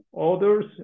others